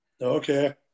Okay